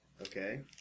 Okay